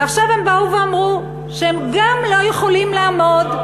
ועכשיו הן באו ואמרו שהן גם לא יכולות לעמוד,